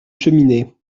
cheminée